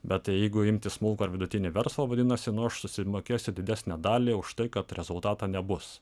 bet tai jeigu imti smulkų ar vidutinį verslą vadinasi nu aš susimokėsiu didesnę dalį už tai kad rezultato nebus